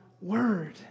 Word